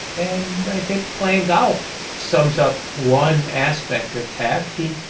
and i think playing golf sums up one aspect of taft. he,